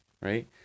right